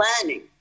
planning